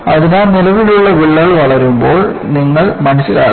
അതിനാൽ നിലവിലുള്ള വിള്ളൽ വളരുമെന്ന് നിങ്ങൾ മനസ്സിലാക്കണം